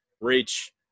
reach